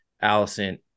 Allison